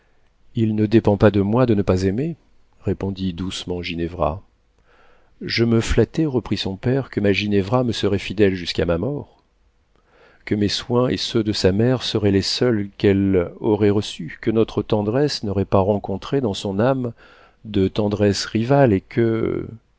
il ne dépend pas de moi de ne pas aimer répondit doucement ginevra je me flattais reprit son père que ma ginevra me serait fidèle jusqu'à ma mort que mes soins et ceux de sa mère seraient les seuls qu'elle aurait reçus que notre tendresse n'aurait pas rencontré dans son âme de tendresse rivale et que